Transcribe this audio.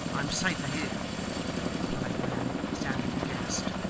i am safer here replied the man, standing aghast.